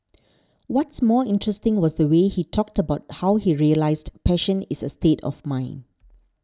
what's more interesting was the way he talked about how he realised passion is a state of mind